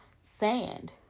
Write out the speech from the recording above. sand